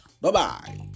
Bye-bye